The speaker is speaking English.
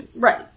right